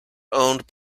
owned